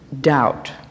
doubt